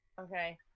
Okay